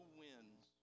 winds